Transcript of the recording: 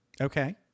Okay